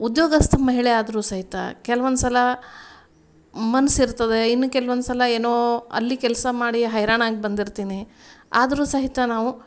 ಉದ್ಯೋಗಸ್ಥ ಮಹಿಳೆ ಆದ್ರೂ ಸಹಿತ ಕೆಲವೊಂದ್ಸಲ ಮನಸಿರ್ತದೆ ಇನ್ನು ಕೆಲವೊಂದ್ಸಲ ಏನೋ ಅಲ್ಲಿ ಕೆಲಸ ಮಾಡಿ ಹೈರಾಣಾಗಿ ಬಂದಿರ್ತೀನಿ ಆದ್ರೂ ಸಹಿತ ನಾವು